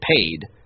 paid